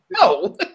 no